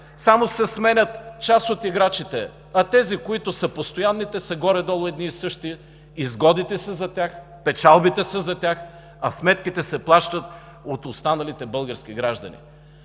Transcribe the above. само се сменят част от играчите, а тези, които са постоянни, са горе-долу едни и същи – изгодите са за тях, печалбите са за тях, а сметките се плащат от останалите български граждани.